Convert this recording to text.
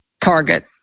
target